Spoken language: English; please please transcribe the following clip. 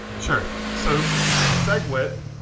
sure. so segwit,